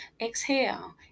Exhale